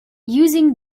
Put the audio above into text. using